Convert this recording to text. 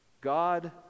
God